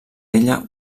ella